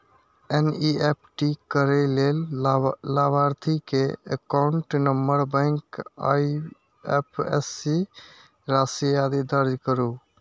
NEFT करै लेल लाभार्थी के एकाउंट नंबर, बैंक, आईएपएससी, राशि, आदि दर्ज करू